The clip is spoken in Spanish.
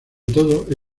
todo